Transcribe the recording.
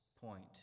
point